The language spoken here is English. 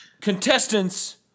contestants